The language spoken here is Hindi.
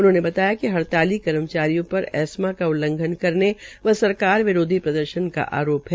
उन्होंने बताया कि हड़ताली कर्मचारियों पर एस्मा का उल्लघन करने व सरकार विरोधी प्रदर्शन का आरोप है